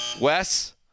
Wes